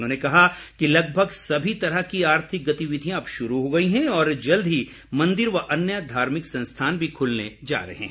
उन्होंने कहा कि लगभग सभी तरह की आर्थिक गतिविधियां अब शुरू हो गई हैं और जल्द ही मंदिर व अन्य धार्मिक संस्थान भी खुलने जा रहे हैं